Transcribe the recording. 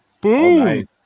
Boom